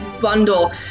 bundle